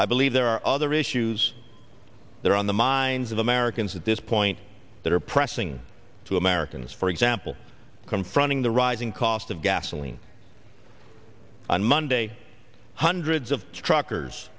i believe there are other issues that are on the minds of americans at this point that are pressing to americans for example confronting the rising cost of gasoline on monday hundreds of truckers